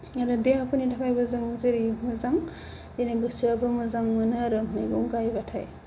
आरो देहाफोरनि थाखायबो जों जेरै मोजां जोंनि गोसोआबो मोजां मोनो आरो मैगं गायब्लाथाय